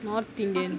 north indian